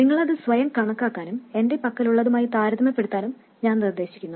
നിങ്ങളത് സ്വയം കണക്കാക്കാനും എന്റെ പക്കലുള്ളതുമായി താരതമ്യപ്പെടുത്താനും ഞാൻ നിർദ്ദേശിക്കുന്നു